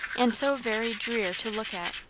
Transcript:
and so very drear to look at?